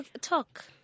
Talk